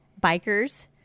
bikers